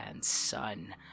son